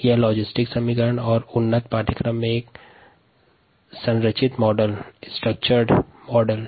यहाँ लॉजिस्टिक समीकरण मॉडल पर चर्चा की गयी है